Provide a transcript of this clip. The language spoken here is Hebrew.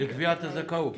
לקביעת הזכאות.